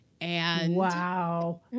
Wow